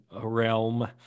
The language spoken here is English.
realm